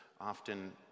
often